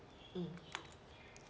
mm